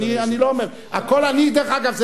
דרך אגב,